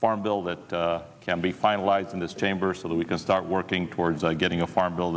farm bill that can be finalized in this chamber so that we can start working towards i getting a farm bil